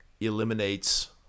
eliminates